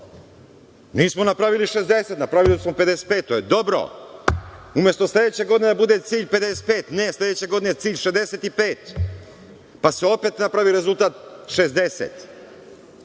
nismo napravili 60, napravili smo 55, to je dobro. Umesto sledeće godine da bude cilj 55, ne, sledeće godine je cilj 65. Pa se opet napravi rezultat 60.